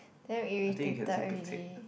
damn irritated already